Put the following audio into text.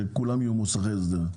שכולם יהיו מוסכי הסדר?